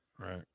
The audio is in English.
Right